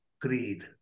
greed